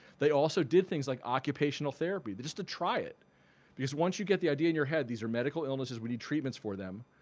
they also did things like occupational therapy. just to try it because once you get the idea in your head these are medical illnesses, we need treatments for them.